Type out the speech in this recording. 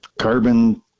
carbon